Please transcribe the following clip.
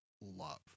love